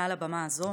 על הבמה הזו,